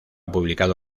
publicado